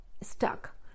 stuck